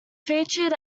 featured